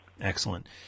Excellent